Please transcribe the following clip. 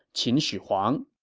qin shi huang.